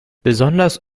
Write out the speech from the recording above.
besonders